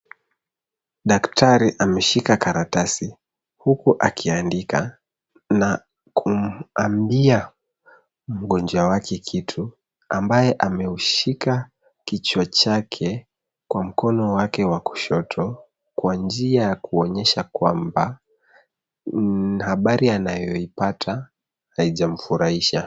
Daktari ameshika karatasi huku akiandika na kumwambia mgonjwa wake kitu ambaye ameushika kichwa chake kwa mkono wake wa kushoto, kwa njia ya kuonyesha kwamba habari anayoipata haijamfurahisha.